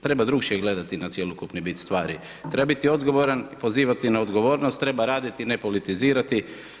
Treba drukčije gledati na cjelokupni bit stvari, treba biti odgovoran i pozivati na odgovornost, treba raditi ne politizirati.